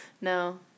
No